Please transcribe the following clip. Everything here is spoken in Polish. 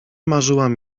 marzyłam